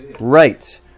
Right